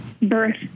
birth